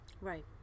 Right